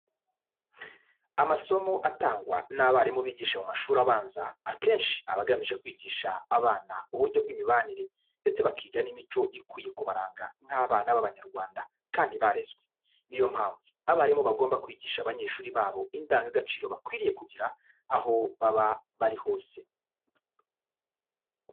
Amasomo atangwa n'abarimu bigisha mu mashuri abanza akenshi aba agamije kwigisha abana uburyo bw'imibanire ndetse bakiga n'imico ikwiye kubaranga nk'abana b'Abanyarwanda kandi barezwe. Ni yo mpamvu, abarimu bagomba kwigisha abanyeshuri babo indangagaciro bakwiriye kugira aho baba bari hose.